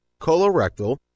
colorectal